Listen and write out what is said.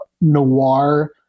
noir